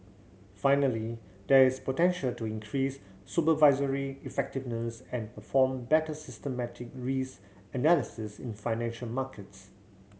finally there is potential to increase supervisory effectiveness and perform better systemic risk analysis in financial markets